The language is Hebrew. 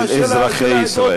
של אזרחי ישראל.